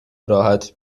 راحت